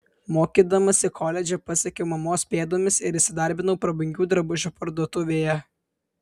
mokydamasi koledže pasekiau mamos pėdomis ir įsidarbinau prabangių drabužių parduotuvėje